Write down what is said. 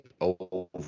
over